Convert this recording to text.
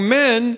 men